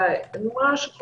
כמה דברים